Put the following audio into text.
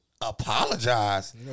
apologize